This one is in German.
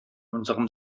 unserem